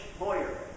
lawyer